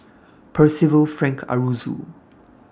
Percival Frank Aroozoo